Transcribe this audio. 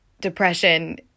depression